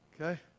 okay